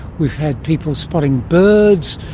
we've had people spotting birds,